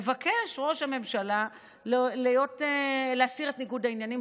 מבקש ראש הממשלה להסיר את ניגוד העניינים.